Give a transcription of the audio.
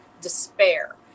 despair